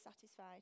satisfied